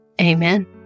Amen